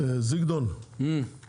מכיוון